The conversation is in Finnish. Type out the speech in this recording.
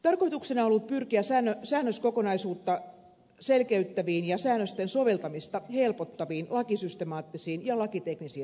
tarkoituksena on ollut pyrkiä säännöskokonaisuutta selkeyttäviin ja säännösten soveltamista helpottaviin lakisystemaattisiin ja lakiteknisiin ratkaisuihin